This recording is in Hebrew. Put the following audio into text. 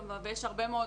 יש הרבה מאוד,